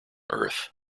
earth